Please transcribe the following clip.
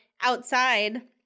outside